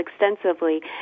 extensively